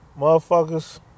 Motherfuckers